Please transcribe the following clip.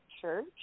Church